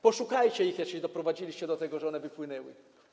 Poszukajcie ich, jeśli doprowadziliście do tego, że one wypłynęły.